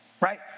Right